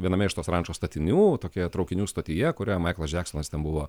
viename iš tos rančos statinių tokioje traukinių stotyje kurią maiklas džeksonas ten buvo